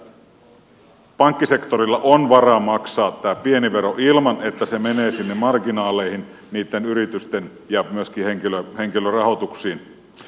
minun mielestäni pankkisektorilla on varaa maksaa tämä pieni vero ilman että se menee sinne niitten yritysten marginaaleihin ja henkilörahoituksiin